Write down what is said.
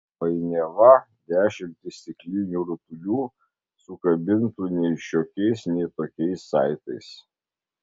painiava dešimtys stiklinių rutulių sukabintų nei šiokiais nei tokiais saitais